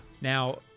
Now